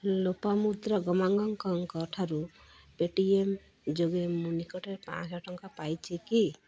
ଲୋପାମୁଦ୍ରା ଗମାଙ୍ଗଙ୍କ ଠାରୁ Paytm ଯୋଗେ ମୁଁ ନିକଟରେ ପାଞ୍ଚଶହ ଟଙ୍କା ପାଇଛି କି